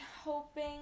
hoping